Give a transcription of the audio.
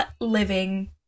living